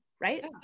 Right